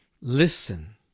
Listen